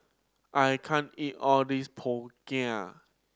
I can't eat all this png